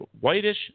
whitish